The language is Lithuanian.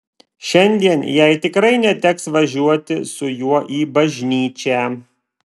šiandien jai tikrai neteks važiuoti su juo į bažnyčią